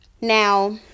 Now